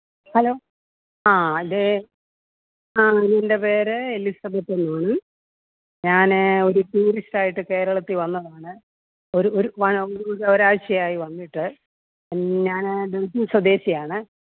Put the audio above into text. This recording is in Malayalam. ഹലോ ആ അതെ ആ എൻ്റെ പേര് എലിസബത്ത് എന്നാണ് ഞാൻ ഒരു ടൂറിസ്റ്റ് ആയിട്ട് കേരളത്തിൽ വന്നതാണ് ഒരു ഒരു ഒരാഴ്ചയായി വന്നിട്ട് ഞാൻ ഡൽഹി സ്വദേശിയാണ്